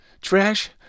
Trash